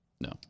No